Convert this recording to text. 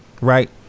Right